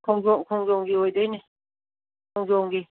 ꯈꯣꯡꯖꯣꯝꯒꯤ ꯑꯣꯏꯗꯣꯏꯅꯦ ꯈꯣꯡꯖꯣꯝꯒꯤ